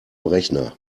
rechner